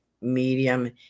medium